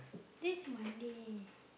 this Monday